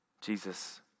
Jesus